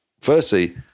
Firstly